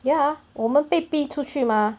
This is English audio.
ya 我们被逼出去 mah